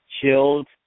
chilled